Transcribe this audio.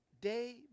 day